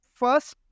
first